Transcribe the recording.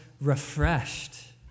refreshed